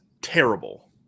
terrible